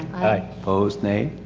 opposed, nay.